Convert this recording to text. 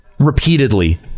repeatedly